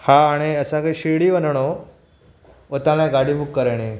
हा हाणे असांखे शिरडी वञिणो हुओ हुतां लाइ गाॾी बुक कराइणी हुई